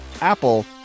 Apple